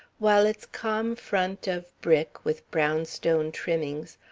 while its calm front of brick, with brownstone trimmings,